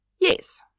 Yes